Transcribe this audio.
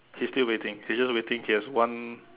he's still waiting he's just waiting he has one